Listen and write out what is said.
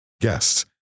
guests